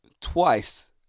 twice